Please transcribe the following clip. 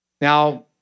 Now